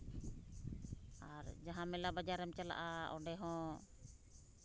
ᱟᱨ ᱡᱟᱦᱟᱸ ᱢᱮᱞᱟ ᱵᱟᱡᱟᱨᱮᱢ ᱪᱟᱞᱟᱜᱼᱟ ᱚᱸᱰᱮ ᱦᱚᱸ